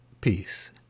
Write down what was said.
peace